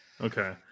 Okay